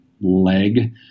leg